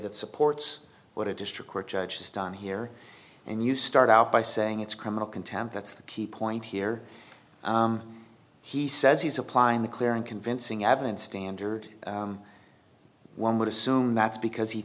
that supports what it district court judge has done here and you start out by saying it's criminal contempt that's the key point here he says he's applying the clear and convincing evidence standard one would assume that's because he